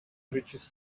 riches